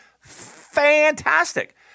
fantastic